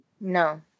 No